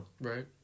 Right